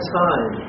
time